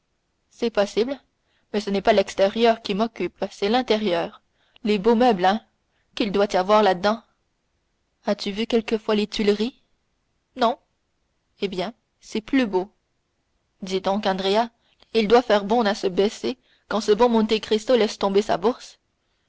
c'est possible mais ce n'est pas l'extérieur qui m'occupe c'est l'intérieur les beaux meubles hein qu'il doit y avoir là-dedans as-tu vu quelquefois les tuileries non eh bien c'est plus beau dis donc andrea il doit faire bon à se baisser quand ce bon monte cristo laisse tomber sa bourse